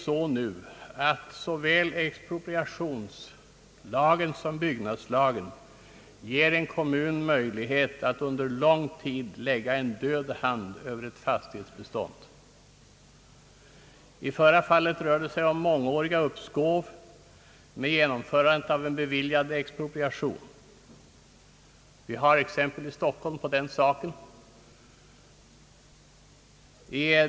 Såväl expropriationslagen som byggnadslagen ger nu en kommun möjlighet att under lång tid lägga en död hand övre ett fastighetsbestånd. I det förra fallet rör det sig om mångåriga uppskov med genomförandet av en beviljad expropriation. Vi har exempel i Stockholm på den saken.